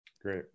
Great